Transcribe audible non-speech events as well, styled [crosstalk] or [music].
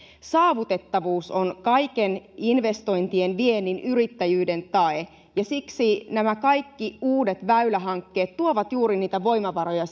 saavutettavuus on kaikkien investointien viennin yrittäjyyden tae ja siksi nämä kaikki uudet väylähankkeet tuovat sinne maakuntiin juuri niitä voimavaroja [unintelligible]